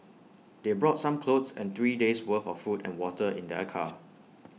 they brought some clothes and three days' worth of food and water in their car